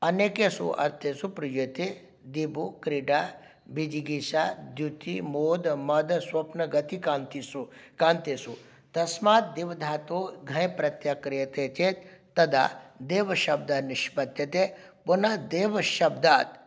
अनेकेषु अर्थेषु प्रयुज्यते दिवु क्रीडा विजिगीषा द्युतिमोदमदस्वप्नगतिकान्तिषु कान्तिषु तस्मात् दिवधातोः घञ्प्रत्ययः क्रियते चेत् तदा देवशब्दः निष्पद्यते पुनः देवशब्दात्